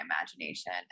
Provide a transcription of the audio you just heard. imagination